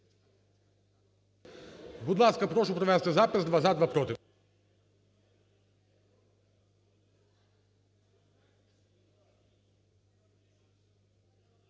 Будь ласка, прошу провести запис: два – за, два – проти.